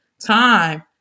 time